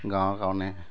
গাঁৱৰ কাৰণে